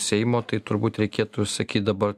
seimo tai turbūt reikėtų sakyt dabar